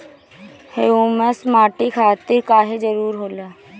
Humus माटी खातिर काहे जरूरी होला?